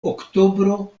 oktobro